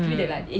mm